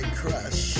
crush